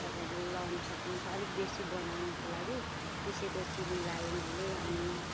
तपाईँहरूले लाउनु सक्नुहुन्छ अलिक बेसी बनाउनुको लागि पिसेको चिनी लाएँ मैले अनि